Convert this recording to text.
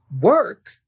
work